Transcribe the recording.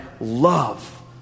love